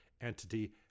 entity